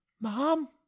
Mom